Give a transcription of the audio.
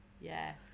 Yes